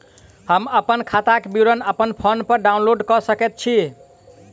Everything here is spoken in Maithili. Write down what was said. हम अप्पन खाताक विवरण अप्पन फोन पर डाउनलोड कऽ सकैत छी?